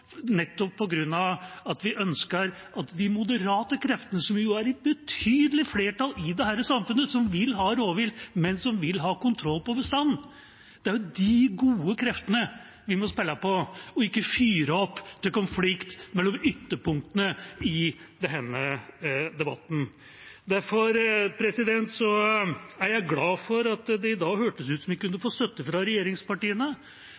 nettopp på grunn av at vi ønsker at de moderate kreftene, som jo er i betydelig flertall i dette samfunnet, som vil ha rovvilt, men som vil ha kontroll på bestanden, er de gode kreftene vi må spille på, og ikke fyre opp til konflikt mellom ytterpunktene i denne debatten. Derfor er jeg glad for at det i dag hørtes ut som om vi kunne